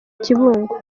kibungo